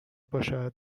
باشد